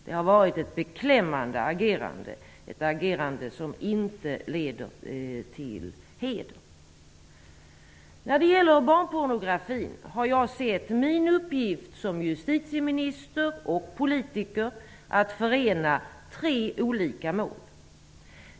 Det har varit ett beklämmande agerande, ett agerande som inte länder till heder. När det gäller barnpornografi har jag sett som min uppgift som justitieminister och politiker att förena tre olika mål.